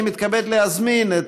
אני מתכבד להזמין,